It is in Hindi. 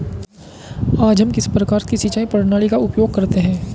आज हम किस प्रकार की सिंचाई प्रणाली का उपयोग करते हैं?